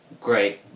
Great